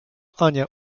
ania